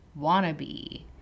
wannabe